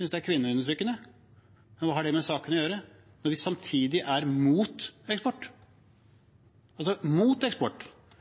synes det er kvinneundertrykkende, men hva har det med saken å gjøre, når vi samtidig er imot eksport,